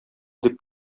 дип